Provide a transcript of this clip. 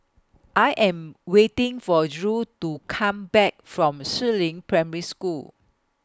I Am waiting For Drew to Come Back from Si Ling Primary School